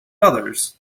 others